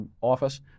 office